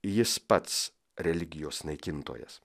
jis pats religijos naikintojas